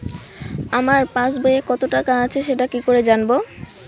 আমার পাসবইয়ে কত টাকা আছে সেটা কি করে জানবো?